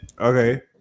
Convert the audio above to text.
Okay